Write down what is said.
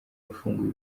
wafunguye